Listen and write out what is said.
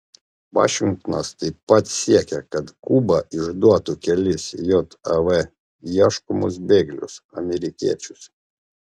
vašingtonas taip pat siekia kad kuba išduotų kelis jav ieškomus bėglius amerikiečius